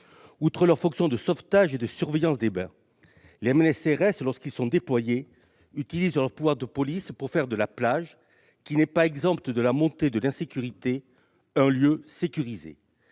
Outre leurs fonctions de sauvetage et de surveillance des bains, les MNS-CRS, lorsqu'ils sont déployés, utilisent leurs pouvoirs de police pour faire de la plage, qui n'est pas exempte de la montée de l'insécurité, un lieu sécurisé.